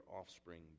offspring